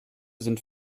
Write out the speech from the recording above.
sind